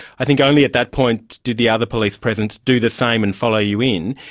i think only at that point did the other police present do the same and follow you in.